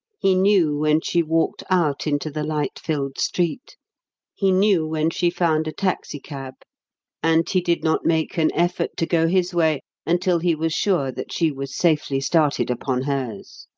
he knew when she walked out into the light-filled street he knew when she found a taxicab and he did not make an effort to go his way until he was sure that she was safely started upon hers.